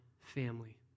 family